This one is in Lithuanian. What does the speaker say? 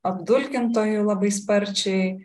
apdulkintojų labai sparčiai